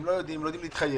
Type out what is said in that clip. לא יודעים איך להתחייב,